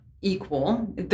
equal